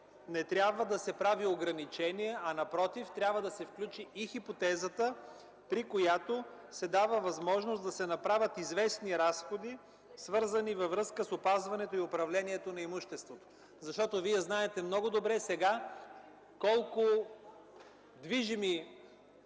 не трябва да се прави ограничение, а напротив, трябва да се включи и хипотезата, при която се дава възможност да се направят известни разходи, свързани във връзка с опазването и управлението на имуществото. Вие много добре знаете сега колко движими